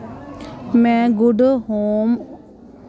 में good home